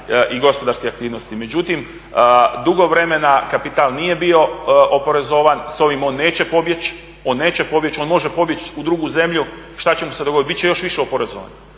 i gospodarske aktivnosti. Međutim, dugo vremena kapital nije bio oporezovan. S ovim on neće pobjeći, on može pobjeći u drugu zemlju, što će mu se dogoditi? Bit će još više oporezovan.